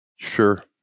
Sure